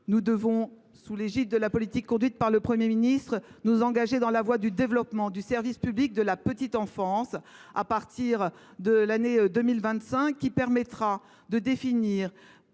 nous devons, sous l’égide de la politique conduite par le Premier ministre, nous engager dans la voie du développement du service public de la petite enfance à partir de 2025 afin de définir